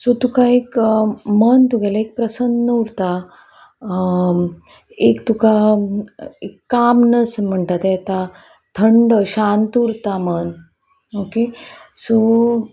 so तुका एक मन तुगेले एक प्रसन्न उरता एक तुका कामनस म्हणटा ते येता थंड शांत उरता मन ओके सो